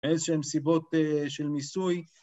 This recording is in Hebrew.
איזה שהם סיבות של מיסוי.